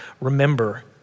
remember